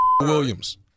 Williams